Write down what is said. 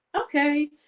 okay